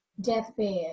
deathbed